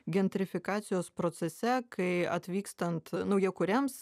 gentrifikacijos procese kai atvykstant naujakuriams